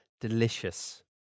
delicious